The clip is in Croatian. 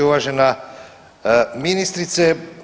Uvažena ministrice.